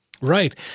Right